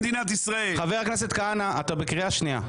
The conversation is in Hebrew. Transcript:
חבר הכנסת כהנא, קריאה שנייה.